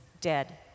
dead